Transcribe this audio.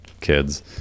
kids